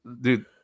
dude